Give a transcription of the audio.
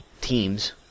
teams